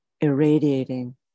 irradiating